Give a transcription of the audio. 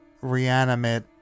reanimate